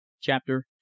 chapter